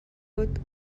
өөд